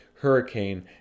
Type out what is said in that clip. hurricane